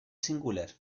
singular